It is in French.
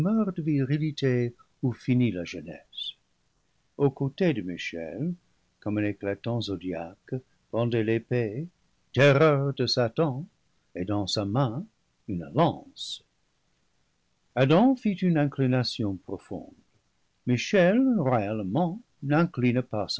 finit la jeunesse au côté de michel comme un éclatant zodiaque pendait l'épée terreur de satan et dans sa main une lance adam fit une inclination profonde michel royalement n'incline pas